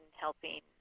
helping